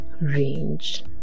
range